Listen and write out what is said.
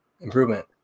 improvement